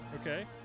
Okay